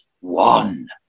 One